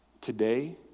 today